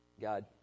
God